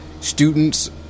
students